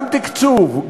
גם תקצוב,